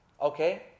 okay